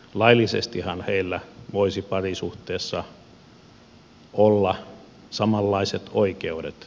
laillisestihan heillä voisi parisuhteessa olla samanlaiset oikeudet